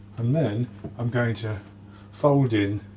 and then i'm going to fold in